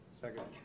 Second